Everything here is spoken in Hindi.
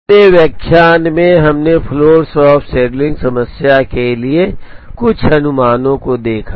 पिछले व्याख्यान में हमने फ़्लोर शॉप शेड्यूलिंग समस्या के लिए कुछ अनुमानों को देखा